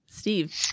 Steve